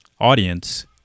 audience